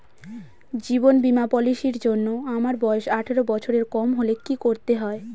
জীবন বীমা পলিসি র জন্যে আমার বয়স আঠারো বছরের কম হলে কি করতে হয়?